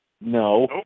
No